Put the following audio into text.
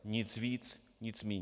Nic víc, nic míň.